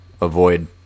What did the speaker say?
avoid